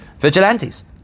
vigilantes